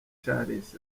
charles